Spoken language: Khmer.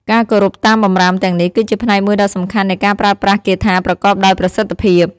ការគោរពតាមបម្រាមទាំងនេះគឺជាផ្នែកមួយដ៏សំខាន់នៃការប្រើប្រាស់គាថាប្រកបដោយប្រសិទ្ធភាព។